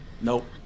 Nope